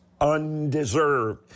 undeserved